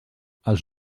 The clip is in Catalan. els